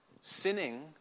sinning